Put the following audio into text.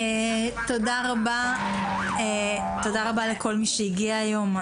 תודה רבה לכל מי שהגיע היום.